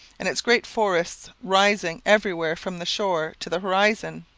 and its great forests rising everywhere from the shore to the horizon.